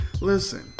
listen